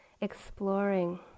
exploring